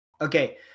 Okay